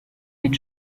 mit